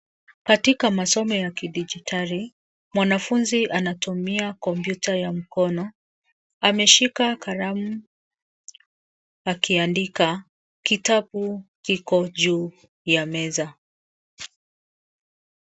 Katika masomo ya kidijitali, mwanafunzi anatumia kompyuta ya mkono, ameshika kalamu akiandika, kitabu kiko juu ya meza.